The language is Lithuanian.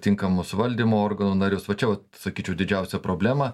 tinkamus valdymo organų narius va čia vat sakyčiau didžiausia problema